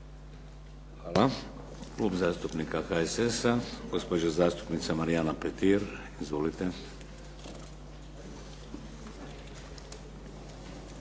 Hvala. Klub zastupnika HSS-a gospođa zastupnica Marijana Petir. Izvolite.